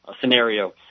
scenario